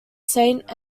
saint